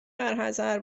برحذر